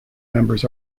members